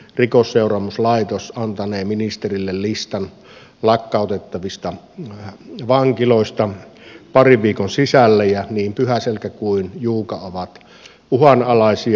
rikosseuraamuslaitos antanee ministerille listan lakkautettavista vankiloista parin viikon sisällä ja niin pyhäselkä kuin juuka ovat uhanalaisia